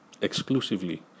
exclusively